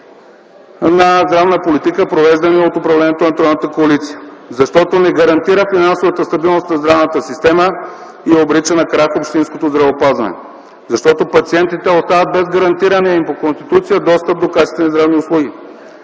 на здравна политика, провеждани от управлението на тройната коалиция; защото не гарантира финансовата стабилност на здравната система и обрича на крах общинското здравеопазване; защото пациентите остават без гарантирания им по Конституция достъп до качествени здравни услуги;